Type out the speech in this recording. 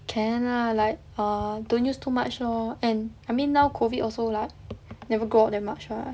can lah like err don't use too much lor and I mean now COVID also like never go out that much lah